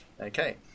Okay